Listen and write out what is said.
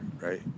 right